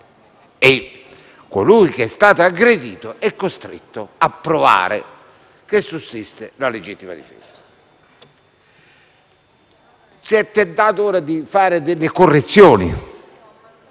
colui che è stato aggredito è costretto a provare che sussiste la legittima difesa. Si è tentato ora con questo disegno